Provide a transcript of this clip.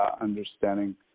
understanding